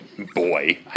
Boy